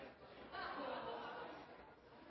Det må vi se på, og vi